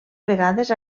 vegades